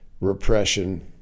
repression